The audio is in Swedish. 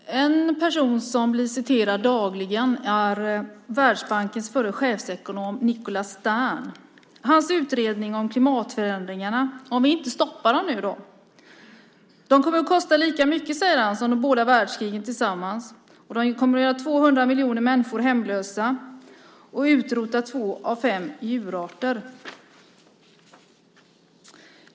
Fru talman! En person som blir citerad dagligen är Världsbankens förre chefsekonom Nicholas Stern. I hans utredning om klimatförändringarna säger han att om de inte stoppas kommer de att kosta lika mycket som de båda världskrigen tillsammans. De kommer att göra 200 miljoner människor hemlösa och utrota två av fem djurarter.